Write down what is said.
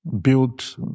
built